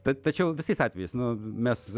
ta tai čia jau visais atvejais nu mes